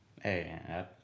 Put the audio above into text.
Hey